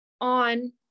on